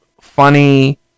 funny